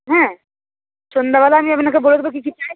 হ্যাঁ সন্ধ্যাবেলায় আমি আপনাকে বলে দেবো কী কী চাই